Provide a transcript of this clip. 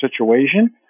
situation